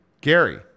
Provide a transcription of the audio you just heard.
Gary